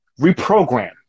reprogram